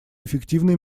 эффективной